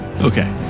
okay